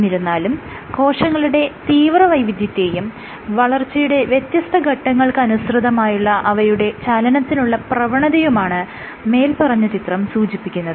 എന്നിരുന്നാലും കോശങ്ങളുടെ തീവ്ര വൈവിധ്യത്തെയും വളർച്ചയുടെ വ്യത്യസ്ത ഘട്ടങ്ങൾക്കനുസൃതമായുള്ള അവയുടെ ചലനത്തിനുള്ള പ്രവണതയുമാണ് മേല്പറഞ്ഞ ചിത്രം സൂചിപ്പിക്കുന്നത്